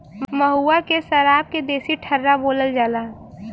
महुआ के सराब के देसी ठर्रा बोलल जाला